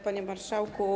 Panie Marszałku!